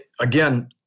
again